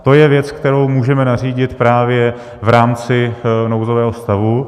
To je věc, kterou můžeme nařídit právě v rámci nouzového stavu.